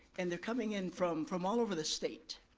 and they're coming in from from all over the state